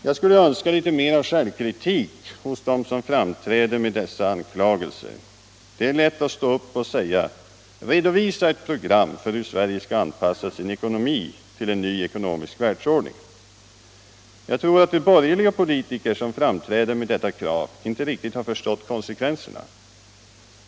Jag skulle önska litet mera av självkritik hos dem som framträder med dessa anklagelser. Det är lätt att stå upp och säga: Redovisa ett program för hur Sverige skall anpassa sin ekonomi till en ny ekonomisk världsordning! Jag tror emellertid att de borgerliga politiker som framträder med detta krav inte riktigt har förstått konsekvenserna.